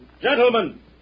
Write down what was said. Gentlemen